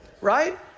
right